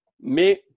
Mais